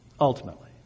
ultimately